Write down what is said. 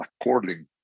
according